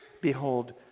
Behold